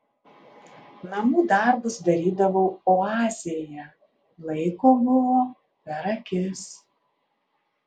namų darbus darydavau oazėje laiko buvo per akis